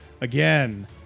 again